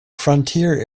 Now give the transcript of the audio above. frontier